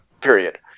period